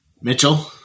Mitchell